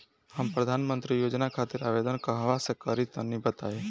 हम प्रधनमंत्री योजना खातिर आवेदन कहवा से करि तनि बताईं?